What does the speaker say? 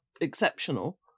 exceptional